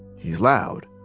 he's loud.